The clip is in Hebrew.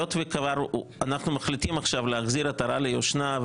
היות ואנחנו מחזירים עכשיו עטרה ליושנה,